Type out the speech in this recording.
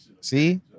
See